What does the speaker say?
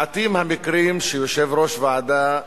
מעטים המקרים שיושב-ראש ועדה,